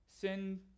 Sin